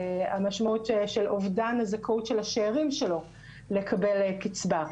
המשמעות של אובדן הזכאות של השארים שלו לקבל קיצבה.